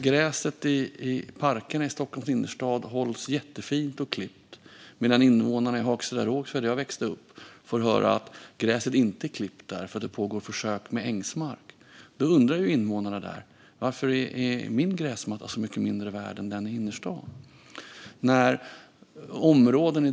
Gräset i parkerna i Stockholms innerstad hålls jättefint klippt medan invånarna i Hagsätra Rågsved, där jag växte upp, får höra att gräset där inte är klippt eftersom det pågår försök med ängsmark. Då är det klart att invånarna där undrar varför deras gräsmatta är mycket mindre värd än den i innerstan.